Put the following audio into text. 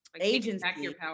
agency